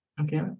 Okay